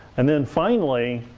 and then finally,